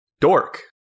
Dork